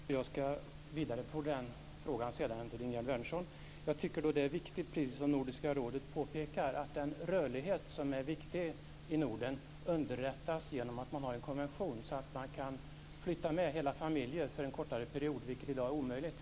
Fru talman! Jag tackar för det svaret. Jag skall vidarebefordra frågan till Ingegerd Wärnersson. Jag tycker att det är väsentligt, precis som Nordiska rådet påpekar, att den viktiga rörligheten i Norden underlättas genom att man har en konvention. På så vis kan man flytta med hela familjer för en kortare period, vilket i dag är omöjligt.